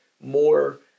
more